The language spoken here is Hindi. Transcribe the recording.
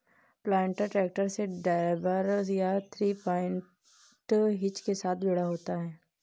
प्लांटर ट्रैक्टर से ड्रॉबार या थ्री पॉइंट हिच के साथ जुड़ा होता है